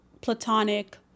platonic